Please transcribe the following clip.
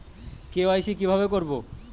KYC কিভাবে করব?